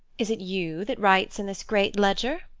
is it you that writes in this great ledger?